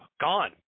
Gone